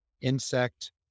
insect